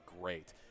great